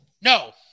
No